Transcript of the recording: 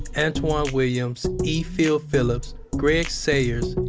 antwan williams, e. phil phillips, grant sayers,